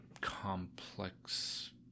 complex